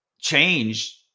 change